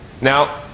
Now